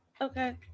Okay